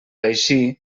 així